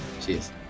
Cheers